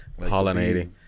Pollinating